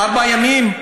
ארבעה ימים,